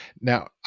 now